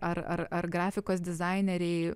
ar ar ar grafikos dizaineriai